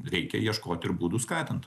reikia ieškoti ir būdų skatint